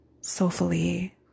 soulfully